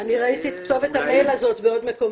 אז --- אני ראיתי את כתובת המייל הזו בעוד מקומות